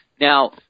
Now